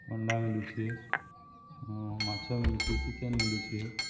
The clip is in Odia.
ଅଣ୍ଡା ମିଳୁଛି ମାଛ ମିଳୁଛି ଚିକେନ୍ ମିଳୁଛି